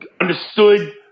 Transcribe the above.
understood